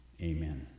amen